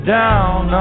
down